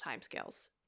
timescales